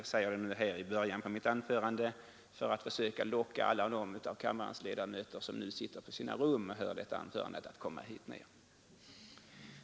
Jag säger det redan i början av mitt anförande för att försöka locka alla de kammarledamöter som nu sitter på sina rum och hör detta anförande att komma hit ned.